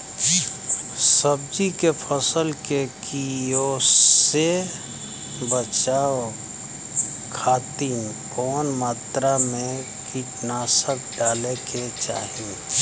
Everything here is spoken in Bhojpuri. सब्जी के फसल के कियेसे बचाव खातिन कवन मात्रा में कीटनाशक डाले के चाही?